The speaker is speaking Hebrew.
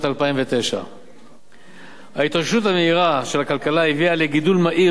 2009. ההתאוששות המהירה של הכלכלה הביאה לגידול מהיר